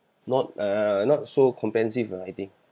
not uh not so comprehensive lah I think